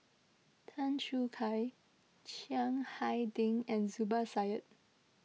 Tan Choo Kai Chiang Hai Ding and Zubir Said